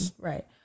Right